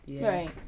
right